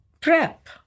prep